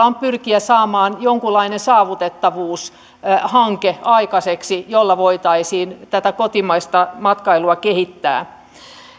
on pyrkiä saamaan aikaiseksi jonkunlainen saavutettavuushanke jolla voitaisiin tätä kotimaista matkailua kehittää